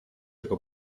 jako